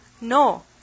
No